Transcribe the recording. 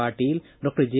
Patil doctor J